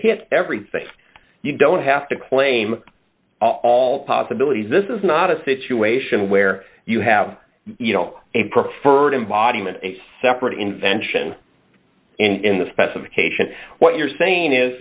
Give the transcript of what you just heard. hit everything if you don't have to claim all possibilities this is not a situation where you have a preferred embodiment a separate invention in the specification what you're saying is